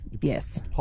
Yes